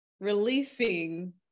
releasing